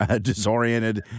disoriented